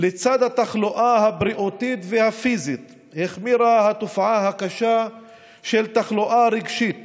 לצד התחלואה הבריאותית והפיזית החמירה התופעה הקשה של תחלואה רגשית